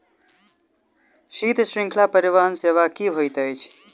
शीत श्रृंखला परिवहन सेवा की होइत अछि?